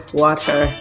water